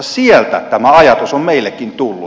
sieltä tämä ajatus on meillekin tullut